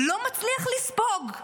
לא מצליח לספוג.